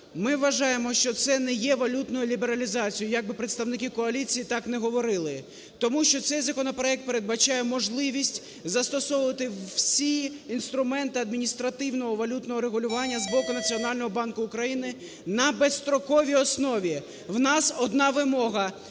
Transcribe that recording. Ми вважаємо, що це не є валютною лібералізацією, як би представники коаліції так не говорили. Тому що цей законопроект передбачає можливість застосовувати всі інструменти адміністративного валютного регулювання з боку Національного банку України на безстроковій основі. У нас одна вимога: